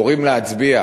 מורים להצביע